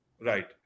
Right